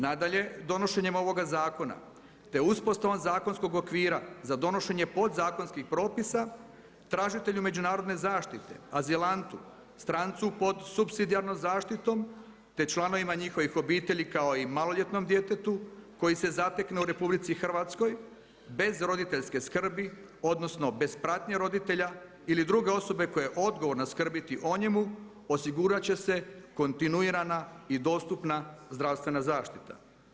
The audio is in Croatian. Nadalje, donošenjem ovoga zakona te uspostavom zakonskog okvira za donošenje podzakonskih propisa, tražitelju međunarodne zaštite, azilantu, strancu pod supsidijarnom zaštitom, te članovima njihovih obitelji kao i maloljetnom djetetu koji se zatekne u RH bez roditeljske skrbi, odnosno bez pratnje roditelja ili druge osobe koja je odgovorna skrbiti o njemu, osigurat će se kontinuirana i dostupna zdravstvena zaštita.